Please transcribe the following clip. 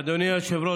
אדוני היושב-ראש,